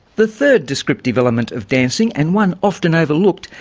the third descriptive element of dancing, and one often overlooked,